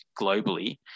globally